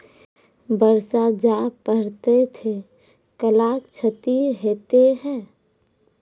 बरसा जा पढ़ते थे कला क्षति हेतै है?